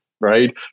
right